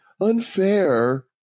Unfair